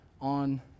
on